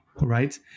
Right